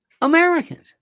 Americans